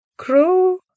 Crow